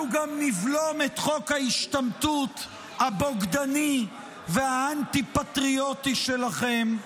אנחנו גם נבלום את חוק ההשתמטות הבוגדני והאנטי-פטריוטי שלכם.